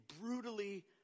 brutally